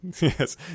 Yes